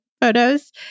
photos